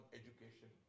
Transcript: education